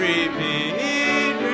Repeat